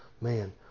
man